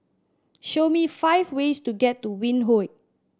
show me five ways to get to Windhoek